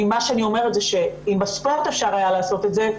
אם בספורט אפשר היה לעשות את זה,